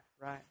right